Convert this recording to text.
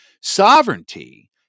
sovereignty